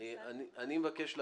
לא נכנסתי